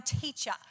teacher